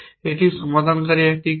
এটি সমাধানকারীর একটি কাজ